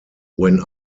when